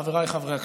חבריי חברי הכנסת,